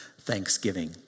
thanksgiving